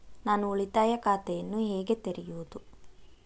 ನಾನು ಉಳಿತಾಯ ಖಾತೆಯನ್ನು ಹೇಗೆ ತೆರೆಯುವುದು?